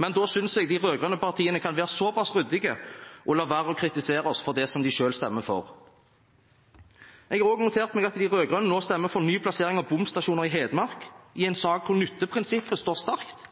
men da synes jeg de rød-grønne partiene kan være såpass ryddige at de lar være å kritisere oss for det som de selv stemmer for. Jeg har også notert meg at de rød-grønne nå stemmer for ny plassering av bomstasjoner i Hedmark, i en sak hvor nytteprinsippet står sterkt,